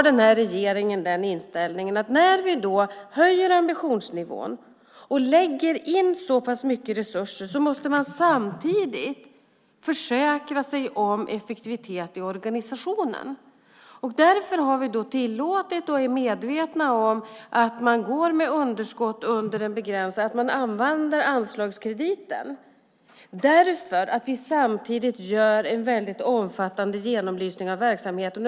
Den här regeringen har den inställningen att när man höjer ambitionsnivån och lägger in så pass mycket resurser måste man samtidigt försäkra sig om effektivitet i organisationen. Därför har vi tillåtit och är medvetna om att man går med underskott under en begränsad tid. Man använder anslagskrediten därför att vi samtidigt gör en väldigt omfattande genomlysning av verksamheten.